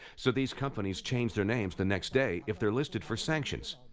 so these companies change their names the next day if they're listed for sanctions.